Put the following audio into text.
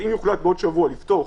אם יוחלט בעוד שבוע לפתוח